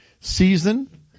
season